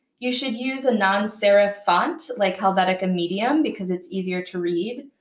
you should use a non-serif font like helvetica medium, because it's easier to read.